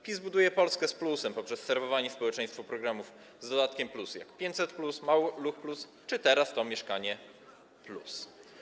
PiS buduje Polskę z plusem poprzez serwowanie społeczeństwu programów z dodatkiem plusa: 500+, „Maluch+” czy teraz „Mieszkanie+”